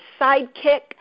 sidekick